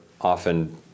often